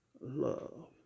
love